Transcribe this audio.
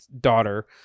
daughter